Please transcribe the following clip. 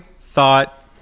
thought